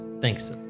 Thanks